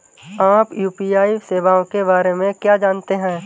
आप यू.पी.आई सेवाओं के बारे में क्या जानते हैं?